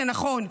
זה נכון,